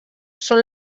són